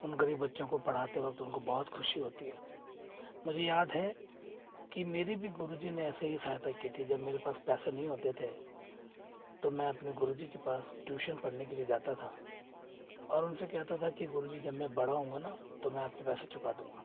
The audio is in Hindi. उन गरीब बच्चों को पढ़ाते वक्त उनको बहुत खुशी होती है मुझे याद है कि मेरी भी गुरुजी ने ऐसे ही सहायता की थी जब मेरे पास पैसे नहीं होते थे तो मैं अपने गुरुजी के पास ट्यूशन पढ़ने के लिए जाता था और उनसे कहता था कि गुरुजी जब मैं बड़ा होऊँगा ना तो मैं आपके पैसे चुका दूँगा